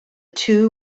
two